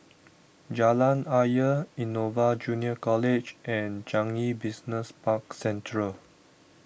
Jalan Ayer Innova Junior College and Changi Business Park Central